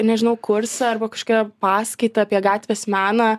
nežinau kursą arba kažką paskaitą apie gatvės meną